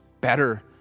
better